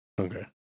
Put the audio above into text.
Okay